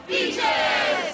Beaches